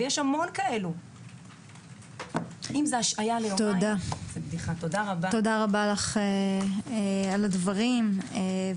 אין מי שיגן על המוחרמים האלה,